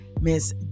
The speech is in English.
Miss